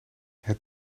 het